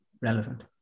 relevant